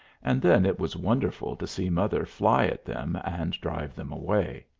and then it was wonderful to see mother fly at them and drive them away.